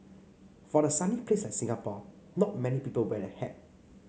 for a sunny place like Singapore not many people wear a hat